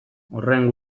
horren